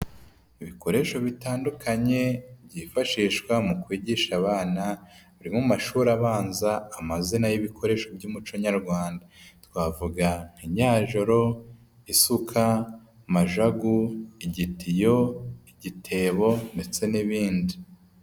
Ibikoresho bitandukanye byifashishwa mu kwigisha abana, bari mu mashuri abanza amazina y'ibikoresho by'umuco nyarwanda. Twavuga nk'inyajoro, isuka, majagu, igitiyo igitebo ndetse n'ibindi.